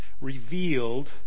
Revealed